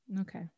Okay